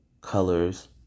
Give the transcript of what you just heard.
colors